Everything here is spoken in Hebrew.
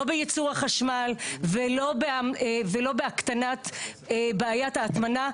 לא בייצור החשמל ולא בהקטנת בעיית ההטמנה,